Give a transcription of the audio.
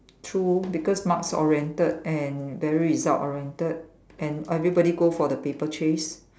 true because marks oriented and very result oriented and everybody go for the paper chase